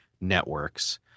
networks